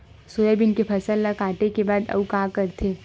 Soybean के फसल ल काटे के बाद आऊ का करथे?